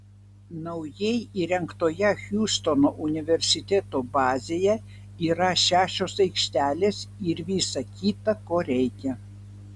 naujai įrengtoje hjustono universiteto bazėje yra šešios aikštelės ir visa kita ko reikia